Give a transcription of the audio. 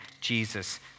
Jesus